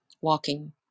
walking